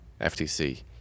FTC